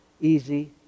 easy